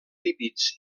lípids